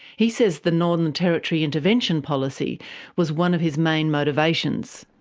he says the northern territory intervention policy was one of his main motivations.